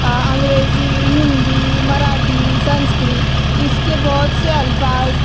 آ انگریزی ہندی مراٹھی سنسکرت اِس کے بہت سے الفاظ